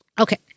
Okay